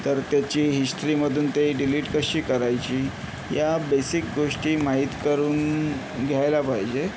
तर त्याची हिस्टरीमधून ते डिलीट कशी करायची या बेसिक गोष्टी माहीत करून घ्यायला पाहिजे